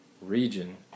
region